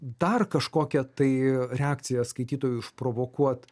dar kažkokią tai reakciją skaitytojų išprovokuot